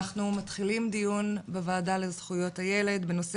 אנחנו מתחילים דיון בוועדה לזכויות הילד בנושא